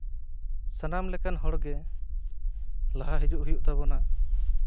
ᱥᱟᱱᱟᱢ ᱞᱮᱠᱟᱱ ᱦᱚᱲᱜᱮ ᱞᱟᱦᱟ ᱦᱤᱡᱩᱜ ᱦᱩᱭᱩᱜ ᱛᱟᱵᱳᱱᱟ